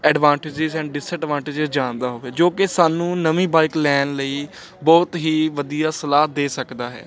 advantages and disadvantage ਜਾਣਦਾ ਹੋਵੇ ਜੋ ਕਿ ਸਾਨੂੰ ਨਵੀਂ ਬਾਈਕ ਲੈਣ ਲਈ ਬਹੁਤ ਹੀ ਵਧੀਆ ਸਲਾਹ ਦੇ ਸਕਦਾ ਹੈ